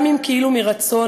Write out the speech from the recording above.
גם אם כאילו מרצון,